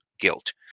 guilt